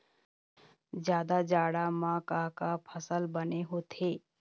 जादा जाड़ा म का का फसल बने होथे?